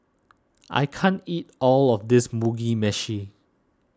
I can't eat all of this Mugi Meshi